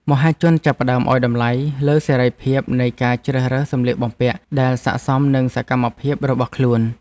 មហាជនចាប់ផ្តើមឱ្យតម្លៃលើសេរីភាពនៃការជ្រើសរើសសម្លៀកបំពាក់ដែលស័ក្តិសមនឹងសកម្មភាពរបស់ខ្លួន។